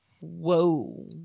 Whoa